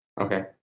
Okay